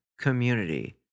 community